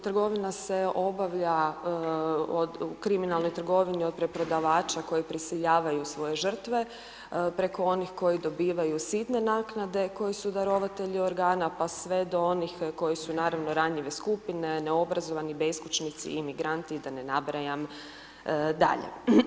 Trgovina se obavlja od kriminalnoj trgovini od preprodavača koji prisiljavaju svoje žrtve, preko oni koji dobivaju sitne naknade, koji su darovatelji organa, pa sve do onih koji su naravno ranjive skupine, neobrazovani beskućnici, imigranti da ne nabrajam dalje.